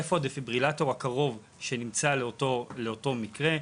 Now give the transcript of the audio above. איפה הדפיברילטור הקרוב שנמצא לאותו מקרה,